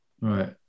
Right